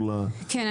כן.